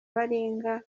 baringa